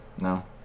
No